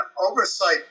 oversight